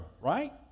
right